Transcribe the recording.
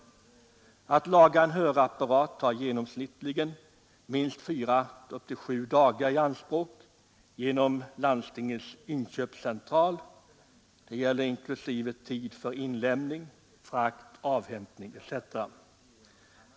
Och att laga en hörapparat genom Landstingens inköpscentral tar fyra till sju dagar, inklusive tiden för inlämning, transport och avhämtning.